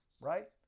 right